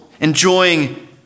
enjoying